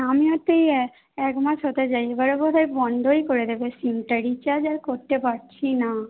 আমিও তাই এ একমাস হতে যায় এবারে বোধয় বন্ধই করে দেবে সিমটা রিচার্জ আর করতে পারছি না